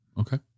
Okay